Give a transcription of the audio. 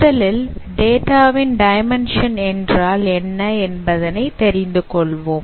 முதலில் டேட்டாவின் டைமென்ஷன் என்றால் என்ன என்பதனை தெரிந்து கொள்வோம்